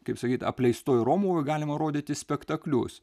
kaip sakyt apleistoje romuvoj galima rodyti spektaklius